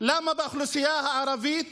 למה באוכלוסייה הערבית